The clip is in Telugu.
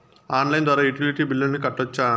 ఆన్లైన్ ద్వారా యుటిలిటీ బిల్లులను కట్టొచ్చా?